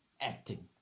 acting